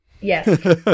Yes